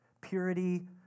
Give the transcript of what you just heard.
Purity